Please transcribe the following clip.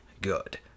good